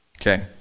Okay